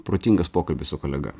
protingas pokalbis su kolega